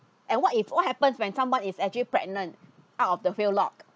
and what if what happens when someone is actually pregnant out of the fail lock